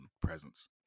presence